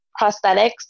prosthetics